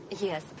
Yes